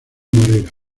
morera